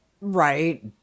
Right